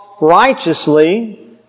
righteously